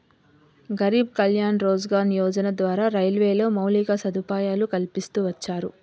గరీబ్ కళ్యాణ్ రోజ్గార్ యోజన ద్వారా రైల్వేలో మౌలిక సదుపాయాలు కల్పిస్తూ వచ్చారు